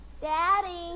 Daddy